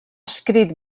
escrit